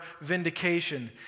vindication